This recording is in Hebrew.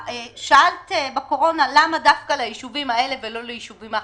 שאלת בקורונה למה דווקא ליישובים האלה ולא ליישובים אחרים.